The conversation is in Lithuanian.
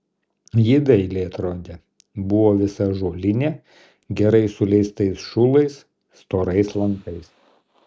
ji dailiai atrodė buvo visa ąžuolinė gerai suleistais šulais storais lankais